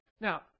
Now